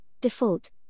default